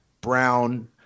brown